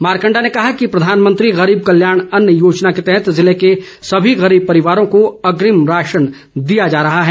मारकंडा ने कहा कि प्रधानमंत्री करीब कल्याण अन्न योजना के तहत जिले के सभी गरीब परिवारों को अग्रिम राशन दिया जा रहा है